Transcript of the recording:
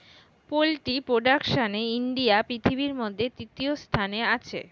poultry প্রোডাকশনে India পৃথিবীর মধ্যে তৃতীয় স্থানে আছে